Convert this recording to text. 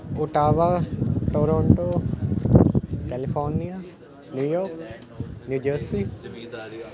Ottawa Toronto California New York New Jersey